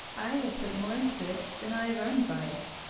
i have put more into it than i have earned by it.